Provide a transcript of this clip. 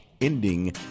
ending